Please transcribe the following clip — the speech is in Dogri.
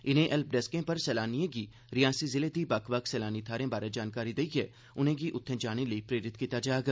इनें हेल्प डेस्कें पर सैलानिएं गी रियासी जिले दे बक्ख बक्ख सैलानी थारें बारै जानकारी देइयै उनेंगी उत्थे जाने लेई प्रेरित कीता जाग